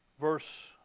Verse